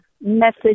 message